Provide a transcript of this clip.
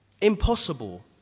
Impossible